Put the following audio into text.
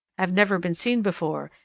have never been seen before,